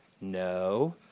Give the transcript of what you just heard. No